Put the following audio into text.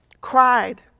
Cried